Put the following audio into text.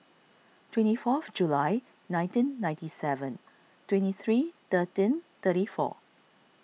twenty fourth July nineteen ninety seven twenty three thirteen thirty four